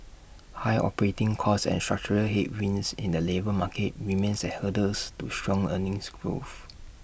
high operating costs and structural headwinds in the labour market remains as hurdles to strong earnings growth